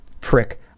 Frick